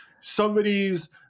somebody's